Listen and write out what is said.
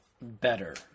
better